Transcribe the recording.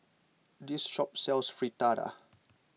this shop sells Fritada